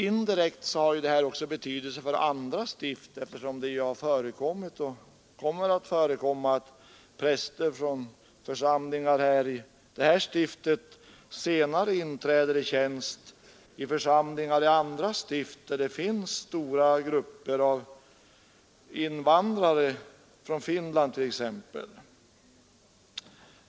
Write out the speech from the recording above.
Indirekt har ju detta också betydelse för andra stift, eftersom det har hänt och kommer att hända att präster från församlingar i Luleå stift senare inträder i tjänst inom församlingar i andra stift där det finns stora grupper av invandrare från t.ex. Finland.